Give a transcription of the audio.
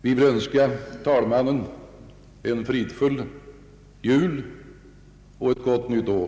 Vi vill önska herr talmannen en fridfull jul och ett gott nytt år.